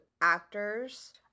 actors